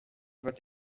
wird